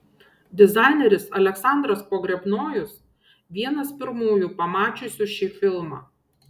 dizaineris aleksandras pogrebnojus vienas pirmųjų pamačiusių šį filmą